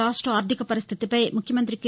రాష్ట ఆర్ధిక పరిస్థితిపై ముఖ్యమంతి కె